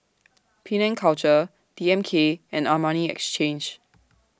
Penang Culture D M K and Armani Exchange